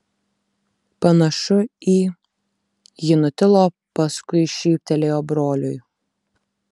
panašu į ji nutilo paskui šyptelėjo broliui